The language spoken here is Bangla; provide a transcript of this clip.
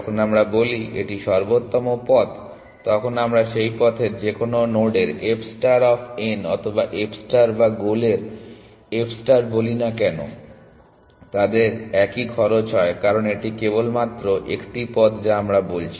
যখন আমরা বলি এটি সর্বোত্তম পথ তখন আমরা সেই পথের যেকোন নোডের f ষ্টার অফ n অথবা f ষ্টার বা গোলের f ষ্টার বলি না কেন তাদের একই খরচ হয় কারণ এটি কেবলমাত্র একটি পথ যা আমরা বলছি